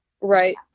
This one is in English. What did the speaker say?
right